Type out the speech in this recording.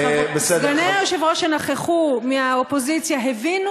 סגני היושב-ראש מהאופוזיציה שנכחו הבינו